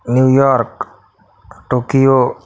New York Tokyo